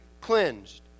cleansed